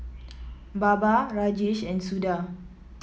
Baba Rajesh and Suda